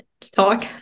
talk